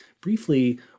briefly